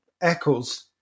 Eccles